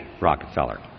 Rockefeller